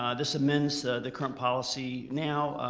ah this amends the current policy now.